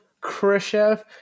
Khrushchev